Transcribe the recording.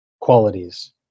qualities